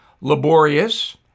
laborious